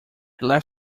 left